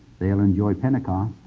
they'll enjoy pentecost,